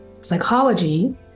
psychology